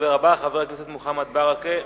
הדובר הבא, חבר הכנסת מוחמד ברכה,